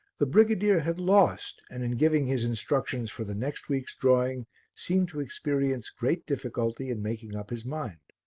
the brigadier had lost and in giving his instructions for the next week's drawing seemed to experience great difficulty in making up his mind.